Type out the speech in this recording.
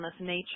nature